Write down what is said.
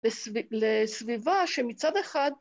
לסביבה שמצד אחד...